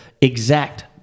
exact